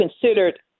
considered